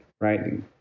right